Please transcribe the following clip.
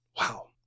wow